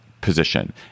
Position